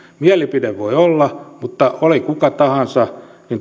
mielipide voi olla mutta oli kuka tahansa